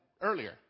earlier